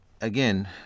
again